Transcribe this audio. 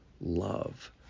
love